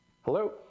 Hello